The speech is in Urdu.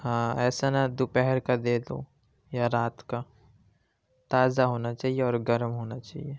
ہاں ایسا نہ دوپہر کا دے دو یا رات کا تازہ ہونا چاہیے اور گرم ہونا چاہیے